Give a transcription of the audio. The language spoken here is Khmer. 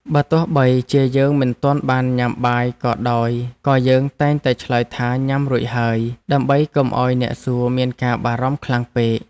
បើទោះបីជាយើងមិនទាន់បានញ៉ាំបាយក៏ដោយក៏យើងតែងតែឆ្លើយថាញ៉ាំរួចហើយដើម្បីកុំឱ្យអ្នកសួរមានការបារម្ភខ្លាំងពេក។